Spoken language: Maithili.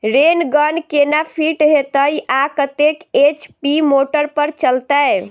रेन गन केना फिट हेतइ आ कतेक एच.पी मोटर पर चलतै?